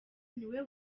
niwe